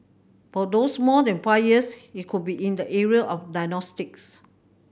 for those more than five years it could be in the area of diagnostics